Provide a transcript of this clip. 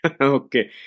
okay